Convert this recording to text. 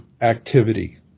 activity